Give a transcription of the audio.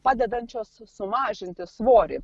padedančios sumažinti svorį